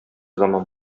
заман